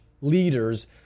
leaders